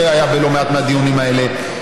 שהיה בלא מעט מהדיונים האלה,